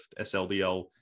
SLDL